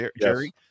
Jerry